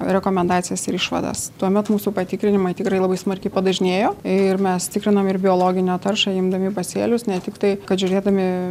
rekomendacijas ir išvadas tuomet mūsų patikrinimai tikrai labai smarkiai padažnėjo ir mes tikrinam ir biologinę taršą imdami pasėlius ne tiktai kad žiūrėdami